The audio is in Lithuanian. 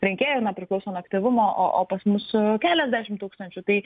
rinkėjų na priklauso nuo aktyvumo o o pas mus keliasdešim tūkstančių tai